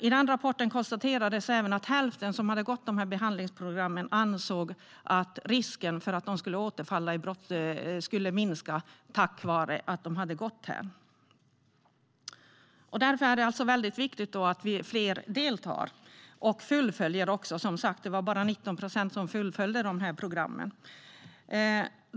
I rapporten konstaterades även att hälften av dem som hade gått behandlingsprogrammen ansåg att risken för att de skulle återfalla i brott minskade, tack vare att de hade deltagit i behandlingsprogram. Därför är det väldigt viktigt att fler deltar och fullföljer. Som sagt var det bara 19 procent som fullföljde behandlingsprogrammen.